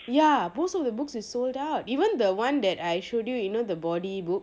ya most of the books is sold out even the one that I showed you know the body book